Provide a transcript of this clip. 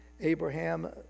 Abraham